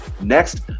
Next